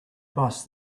bus